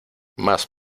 más